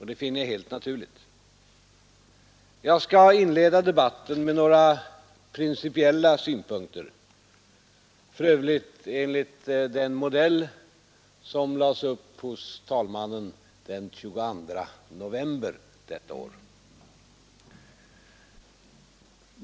Det är helt naturligt. Jag skall inleda debatten med några principiella synpunkter — för övrigt enligt den modell som lades upp hos herr talmannen den 22 november.